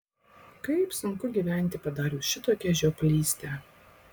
kaip sunku gyventi padarius šitokią žioplystę